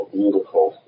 beautiful